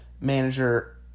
manager